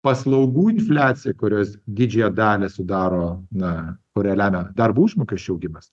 paslaugų infliacija kurios didžiąją dalį sudaro na kurią lemia darbo užmokesčio augimas